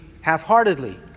half-heartedly